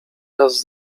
raz